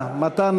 הכנסת.